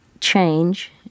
change